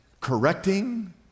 correcting